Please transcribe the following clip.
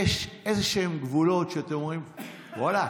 יש איזשהם גבולות שאתם אומרים: ואללכ,